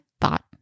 thought